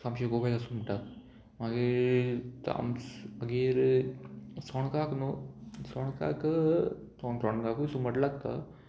तामशे खूब येतात सुंगटाक मागीर ताम मागीर चोणकाक न्हू चोणकाक चोणकाकूय सुंगट लागता